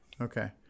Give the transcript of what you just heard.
Okay